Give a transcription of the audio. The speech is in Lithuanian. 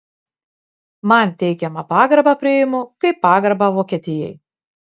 man teikiamą pagarbą priimu kaip pagarbą vokietijai